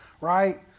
right